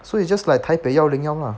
so it's just like taipei 幺零幺 lah